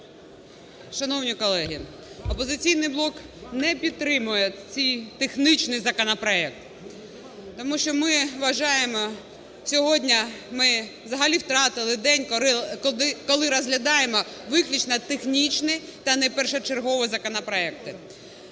Шановні колеги! "Опозиційний блок" не підтримує цей технічний законопроект. Тому що ми вважаємо сьогодні ми взагалі втратили день, коли розглядаємо виключно технічні та не першочергові законопроекти.